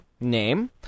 Name